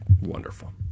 Wonderful